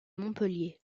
montpellier